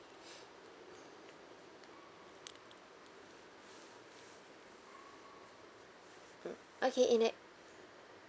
mm okay in that